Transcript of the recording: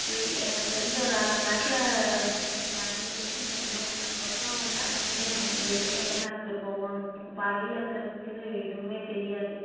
இல்லை எனக்கு தெரிஞ்சு ஒரு அரை மணி நேரத்தில் இனி அடுத்த ஸ்டேஷன் வந்துடும் அதுக்கப்றம் தான் டைமே நமக்கு தெரியும் எத்தனை மணி நேரத்தில் போகுன்னு இப்போ பாதியிலே இருக்கிறதுக்குது எதுவுமே தெரியாது